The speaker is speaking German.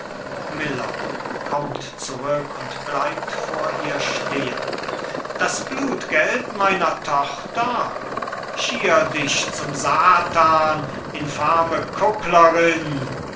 stehen das blutgeld meiner tochter schier dich zum satan infame kupplerin